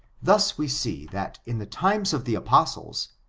thus we see, that in the times of the apostles,